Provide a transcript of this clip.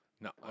No